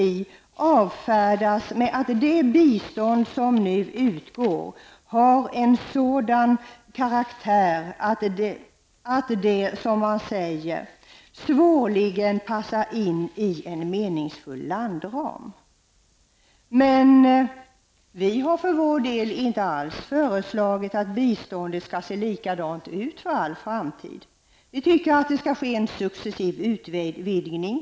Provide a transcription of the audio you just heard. I det avseendet avfärdas förslagen genom att man säger att det bistånd som nu utgår har en sådan karaktär att det svårligen passar in i en meningsfull landram. Vi för vår del har alls inte föreslagit att biståndet alltid skall se likadant ut. Vi tycker att det skall ske en successiv utvidgning.